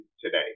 today